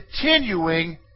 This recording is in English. continuing